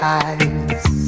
eyes